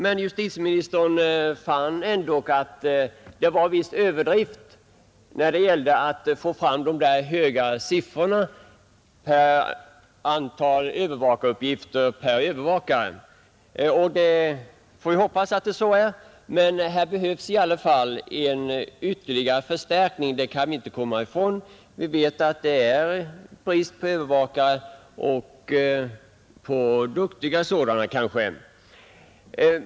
Men justitieministern fann ändå att det förekommit en del överdrifter när det gällde de höga siffrorna rörande antalet övervakaruppgifter per övervakare. Vi får hoppas att så är fallet. Men att det behövs en ytterligare förstärkning kan man ändå inte komma ifrån. Vi vet att det råder brist på lämpliga övervakare.